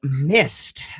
missed